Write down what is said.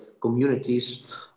communities